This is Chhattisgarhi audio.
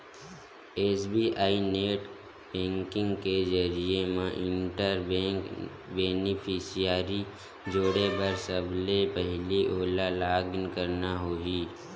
एस.बी.आई नेट बेंकिंग के जरिए म इंटर बेंक बेनिफिसियरी जोड़े बर सबले पहिली ओला लॉगिन करना होही